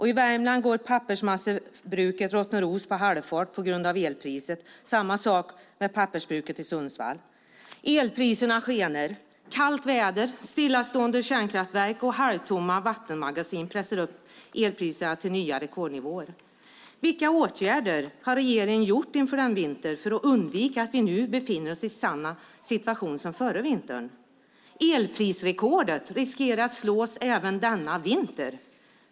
I Värmland går pappersmassebruket Rottneros på halvfart på grund av elpriset. Det är samma sak med pappersbruket i Sundsvall. Elpriserna skenar. Kallt väder, stillastående kärnkraftverk och halvtomma vattenmagasin pressar upp elpriserna till nya rekordnivåer. Vilka åtgärder har regeringen vidtagit inför denna vinter för att undvika att vi hamnar i samma situation som förra vintern? Elprisrekordet riskerar att slås även denna vinter.